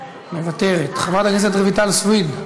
מוותרת, חברת הכנסת רויטל סויד,